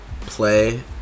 play